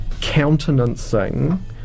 countenancing